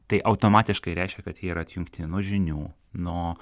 tai automatiškai reiškia kad jie yra atjungti nuo žinių nuo